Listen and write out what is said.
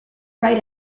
right